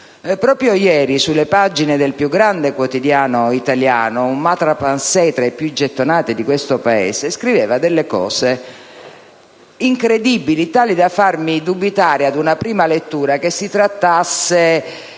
Proprio ieri sulle pagine del più grande quotidiano italiano un *maître à penser* tra i più gettonati di questo Paese scriveva delle cose incredibili, tali da farmi dubitare, ad una prima lettura, che si trattasse